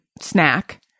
snack